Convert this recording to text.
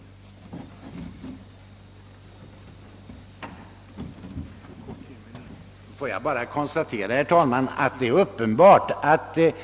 anser otillåten